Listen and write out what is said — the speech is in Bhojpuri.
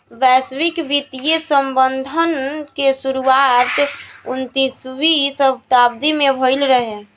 वैश्विक वित्तीय प्रबंधन के शुरुआत उन्नीसवीं शताब्दी में भईल रहे